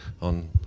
on